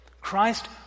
Christ